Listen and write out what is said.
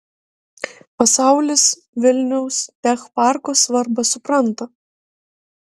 pasaulis vilniaus tech parko svarbą supranta